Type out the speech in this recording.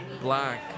black